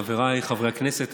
חבריי חברי הכנסת,